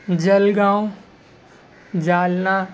Jalgaon Jalna